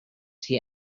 see